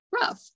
rough